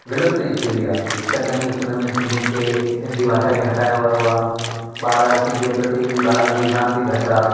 विलुप्त ई थी वई आ चङनि ई स्कूलनि में सिंधियुन खे सिंधी भाषा खे हटायो वियो आहे ॿार सिंधीअ जे प्रति ॿारनि जो रुझान बि घटि आहे